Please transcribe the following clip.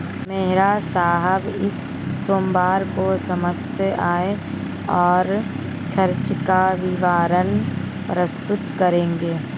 मेहरा साहब इस सोमवार को समस्त आय और खर्चों का विवरण प्रस्तुत करेंगे